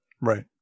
right